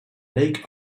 lake